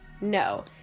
No